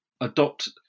adopt